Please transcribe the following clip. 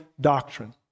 doctrine